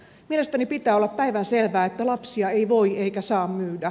mielestäni pitää olla päivänselvää että lapsia ei voi eikä saa myydä